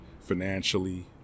financially